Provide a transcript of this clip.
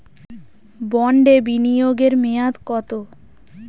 বন্ডে বিনিয়োগ এর মেয়াদ কত?